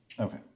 Okay